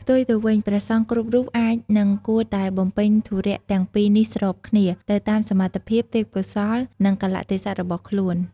ផ្ទុយទៅវិញ ព្រះសង្ឃគ្រប់រូប អាចនិងគួរតែបំពេញធុរៈទាំងពីរនេះស្របគ្នា ទៅតាមសមត្ថភាព ទេពកោសល្យ និងកាលៈទេសៈរបស់ខ្លួន។